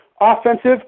offensive